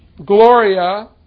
Gloria